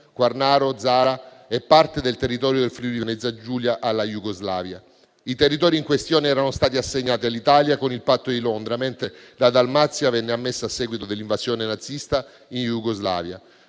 Quarnaro, Zara e parte del territorio del Friuli-Venezia Giulia alla Jugoslavia. I territori in questione erano stati assegnati all'Italia con il Patto di Londra, mentre la Dalmazia venne annessa a seguito dell'invasione nazista in Jugoslavia.